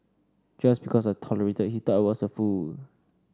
just because I tolerated he thought I was a fool